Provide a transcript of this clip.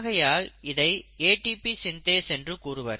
ஆகையால் இதை ATP synthase என்று கூறுவர்